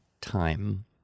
time